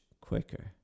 quicker